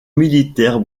militaire